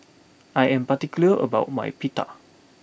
I am particular about my Pita